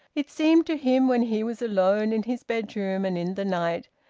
it seemed to him when he was alone in his bedroom and in the night,